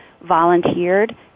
volunteered